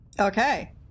Okay